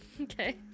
Okay